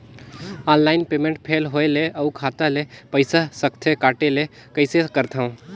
Online payment fail होय ले अउ खाता ले पईसा सकथे कटे ले कइसे करथव?